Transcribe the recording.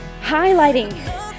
highlighting